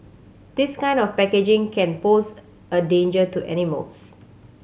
this kind of packaging can pose a danger to animals